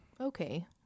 Okay